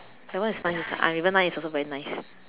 that one is nice I even now it is also very nice